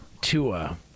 Tua